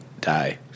die